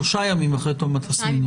שלושה ימים אחרי תום התסמינים.